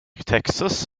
texas